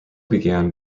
began